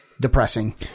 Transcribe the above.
depressing